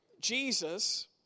Jesus